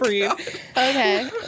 Okay